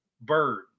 Bird